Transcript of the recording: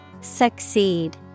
Succeed